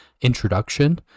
introduction